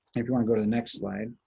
if you wanna go to the next slide.